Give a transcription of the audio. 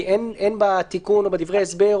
כי אין בתיקון או בדברי ההסבר,